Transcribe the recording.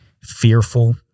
fearful